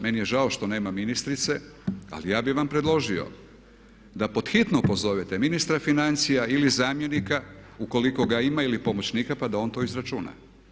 Meni je žao što nema ministrice, ali ja bih vam predložio da pod hitno pozovete ministra financija ili zamjenika ukoliko ga ima ili pomoćnika, pa da on to izračuna.